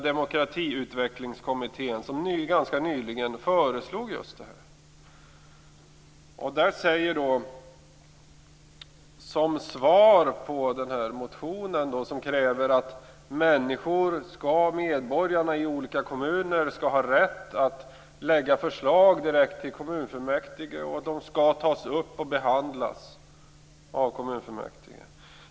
Demokratiutvecklingskommittén föreslog ganska nyligen just detta. I vår motion kräver vi att medborgarna i olika kommuner skall ha rätt att lägga fram förslag direkt i kommunfullmäktige och att förslagen skall tas upp och behandlas av kommunfullmäktige.